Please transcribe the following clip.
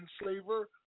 enslaver